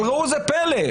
אבל ראו זה פלא,